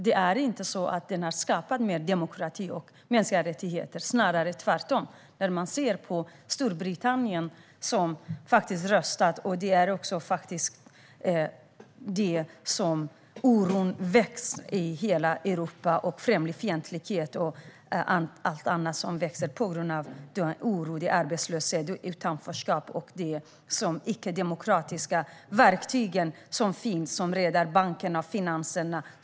Den har inte skapat mer demokrati och mänskliga rättigheter, utan snarare tvärtom. Man ser ju på Storbritannien, som har röstat. Oron väcks i hela Europa. Det handlar om främlingsfientlighet och allt annat som växer på grund av oro, arbetslöshet och utanförskap. Det handlar om de icke-demokratiska verktyg som finns och som räddar bankerna och finanserna.